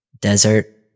desert